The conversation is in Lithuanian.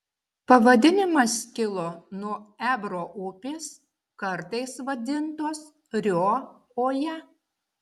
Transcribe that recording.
pavadinimas kilo nuo ebro upės kartais vadintos rio oja